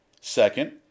Second